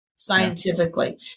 scientifically